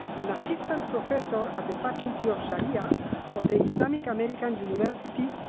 an assistant professor at the faculty of sharia of the islamic american university,